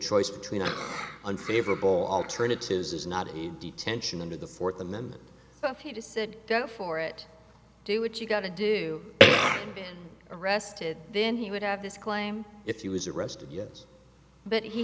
choice between unfavorable alternatives is not a detention under the fourth amendment to said go for it do what you got to do arrested then he would have this claim if he was arrested yes but he